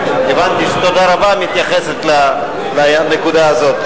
הבנתי שה"תודה רבה" מתייחסת לנקודה הזו.